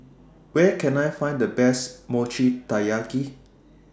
Where Can I Find The Best Mochi Taiyaki